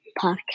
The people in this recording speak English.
podcast